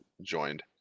joined